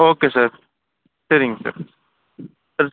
okay sir சரிங்க sir